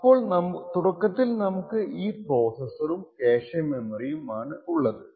അപ്പോൾ തുടക്കത്തിൽ നമുക്ക് ഈ പ്രോസസറും ക്യാഷെ മെമ്മറിയും ആണ് ഉള്ളത്